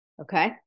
Okay